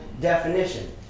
definition